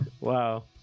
wow